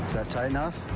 that tight enough?